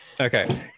okay